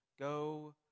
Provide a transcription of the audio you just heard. go